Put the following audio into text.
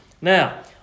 Now